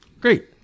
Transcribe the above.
Great